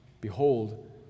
Behold